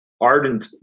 ardent